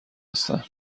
هستن